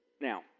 Now